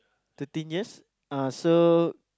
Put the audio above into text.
thirteen years uh so